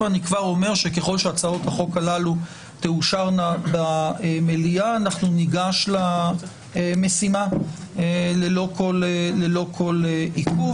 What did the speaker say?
ככל שהצעות החוק הללו תאושרנה במליאה ניגש למשימה ללא כל עיכוב.